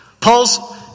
Paul's